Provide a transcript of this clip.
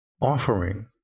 offering